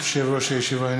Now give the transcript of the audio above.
ברשות יושב-ראש הישיבה,